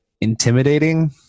intimidating